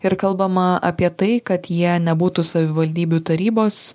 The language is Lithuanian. ir kalbama apie tai kad jie nebūtų savivaldybių tarybos